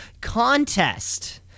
contest